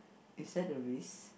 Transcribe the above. is that a risk